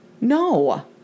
no